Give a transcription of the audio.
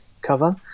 cover